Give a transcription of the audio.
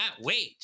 wait